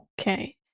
okay